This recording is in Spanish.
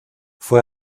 fue